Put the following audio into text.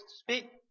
speak